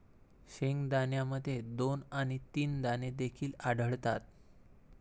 शेंगदाण्यामध्ये दोन आणि तीन दाणे देखील आढळतात